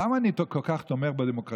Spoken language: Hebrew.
למה אני כל כך תומך בדמוקרטייה?